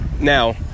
Now